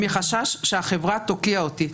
מחשש שהחברה תוקיע אותי,